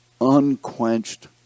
unquenched